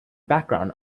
background